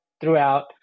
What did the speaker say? throughout